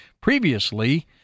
Previously